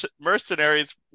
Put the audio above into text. mercenaries